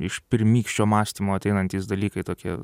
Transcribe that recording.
iš pirmykščio mąstymo ateinantys dalykai tokie